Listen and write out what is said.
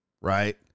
right